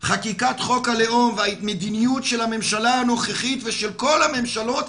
חקיקת חוק הלאום והמדיניות של הממשלה הנוכחית ושל כל הממשלות,